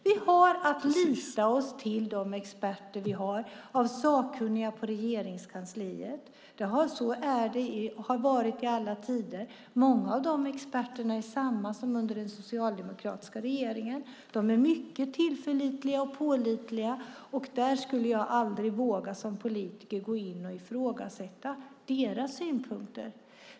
Vi har att lita på de experter vi har som sakkunniga på Regeringskansliet. Så har det varit i alla tider. Många av de experterna är desamma som under den socialdemokratiska regeringen. De är mycket tillförlitliga och pålitliga. Som politiker skulle jag aldrig våga gå in och ifrågasätta deras synpunkter.